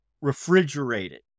refrigerated